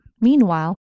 Meanwhile